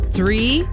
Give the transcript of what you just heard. Three